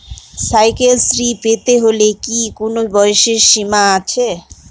Cycle শ্রী পেতে হলে কি কোনো বয়সের সীমা আছে?